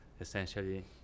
Essentially